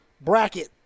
bracket